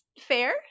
Fair